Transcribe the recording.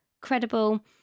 credible